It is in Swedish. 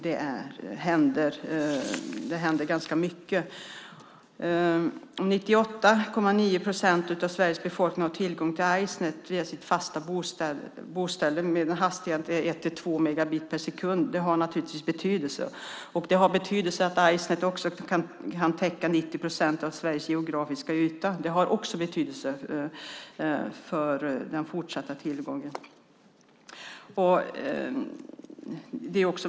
Ganska mycket händer. Att 98,9 procent av Sveriges befolkning har via sitt fasta boställe tillgång till Ice.net med en hastighet på 1-2 megabit per sekund har naturligtvis betydelse. Att Ice.net kan täcka 90 procent av Sveriges geografiska yta har också betydelse för tillgången fortsättningsvis.